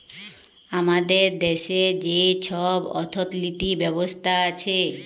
আমাদের দ্যাশে যে ছব অথ্থলিতি ব্যবস্থা আছে